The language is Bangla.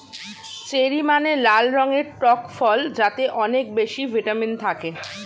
চেরি মানে লাল রঙের টক ফল যাতে অনেক বেশি ভিটামিন থাকে